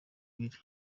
ibiri